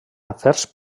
afers